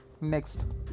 next